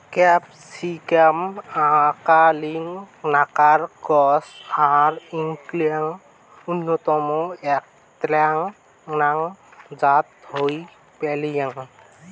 capsicum আকালির নাকান গছ আর ইঞার অইন্যতম এ্যাকনা জাত হইল হালাপিনিও